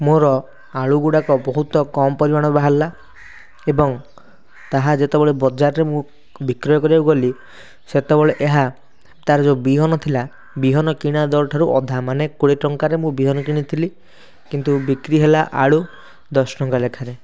ମୋର ଆଳୁଗୁଡ଼ାକ ବହୁତ କମ ପରିମାଣର ବାହାରିଲା ଏବଂ ତାହା ଯେତେବେଳେ ବଜାରରେ ମୁଁ ବିକ୍ରୟ କରିବାକୁ ଗଲି ସେତେବେଳେ ଏହା ତା'ର ଯେଉଁ ବିହନ ଥିଲା ବିହନ କିଣା ଦର ଠାରୁ ଅଧା ମାନେ କୋଡ଼ିଏ ଟଙ୍କାରେ ମୁଁ ବିହନ କିଣିଥିଲି କିନ୍ତୁ ବିକ୍ରୀ ହେଲା ଆଳୁ ଦଶ ଟଙ୍କା ଲେଖାଁରେ